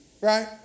Right